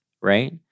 right